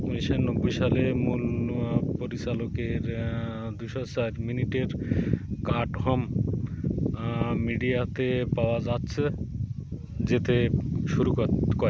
উনিশে নব্বই সালে মূল পরিচালকের দুশো চার মিনিটের কাট হোম মিডিয়াতে পাওয়া যাচ্ছে যেতে শুরু কৎ করে